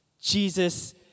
Jesus